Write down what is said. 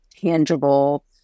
tangible